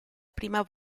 prima